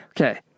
Okay